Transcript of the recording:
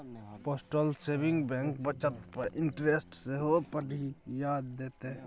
postal saving bank बचत पर interest सेहो बढ़ियाँ दैत छै